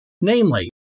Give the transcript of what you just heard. Namely